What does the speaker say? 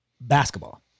basketball